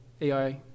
AI